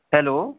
hello